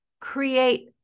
create